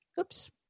Oops